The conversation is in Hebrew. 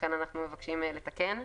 ולכן אנחנו מבקשים לתקן.